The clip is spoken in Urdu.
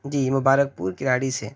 جی مبارکپور کراڑی سے